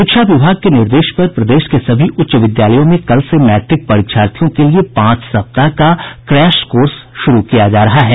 शिक्षा विभाग के निर्देश पर प्रदेश के सभी उच्च विद्यालयों में कल से मैट्रिक परीक्षार्थियों के लिए पांच सप्ताह का क्रैश कोर्स शुरू किया जा रहा है